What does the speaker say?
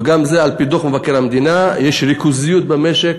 וגם זה על-פי דוח מבקר המדינה, יש ריכוזיות במשק,